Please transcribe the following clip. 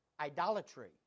Idolatry